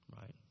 Right